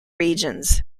regions